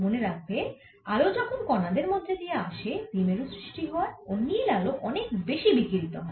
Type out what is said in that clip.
মনে রাখবে আলো যখন কণাদের মধ্যে দিয়ে আসে দ্বিমেরু সৃষ্টি হয় ও নীল আলো অনেক বেশি বিকিরিত হয়